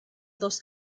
dos